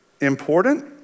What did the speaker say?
important